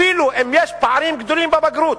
אפילו אם יש פערים גדולים בבגרות,